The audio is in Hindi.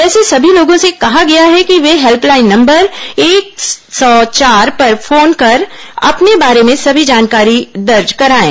ऐसे समी लोगों से कहा गया है कि वे हेल्पलाइन नंबर एक सौ चार पर फोन कर अपने बारे में समी जानकारियां दर्ज कराएं